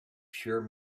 pure